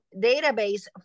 database